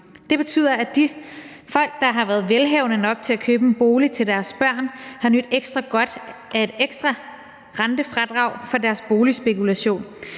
Det betyder, at de folk, der har været velhavende nok til at købe en bolig til deres børn, har nydt ekstra godt af et ekstra rentefradrag fra deres boligspekulation.